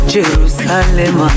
Jerusalem